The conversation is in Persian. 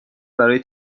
برای